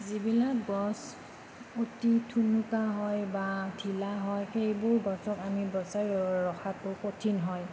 যিবিলাক গছ অতি ঠুনুকা হয় বা ঢিলা হয় সেইবোৰ গছক আমি বচাই ৰখাটো কঠিন হয়